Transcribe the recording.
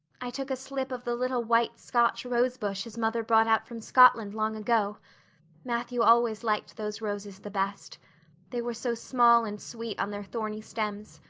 i took a slip of the little white scotch rosebush his mother brought out from scotland long ago matthew always liked those roses the best they were so small and sweet on their thorny stems.